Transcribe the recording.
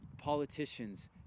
Politicians